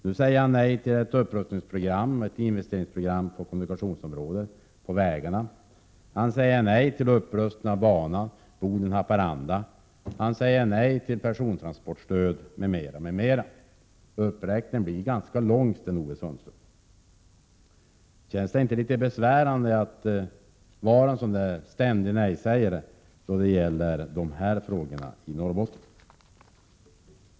Nu säger han nej till ett upprustningsoch investeringsprogram på kommunikationsområdet. Han säger nej till en upprustning av banan Boden — Haparanda. Och han säger nej till persontransportstödet. Uppräkningen blir ganska lång, Sten-Ove Sundström. Känns det inte litet besvärande att vara en ständig nej-sägare då det gäller dessa frågor?